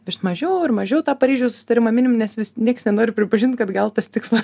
vis mažiau ir mažiau tą paryžiaus susitarimą minim nes vis nieks nenori pripažint kad gal tas tikslas